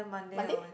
Monday